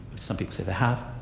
some people say they have,